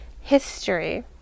history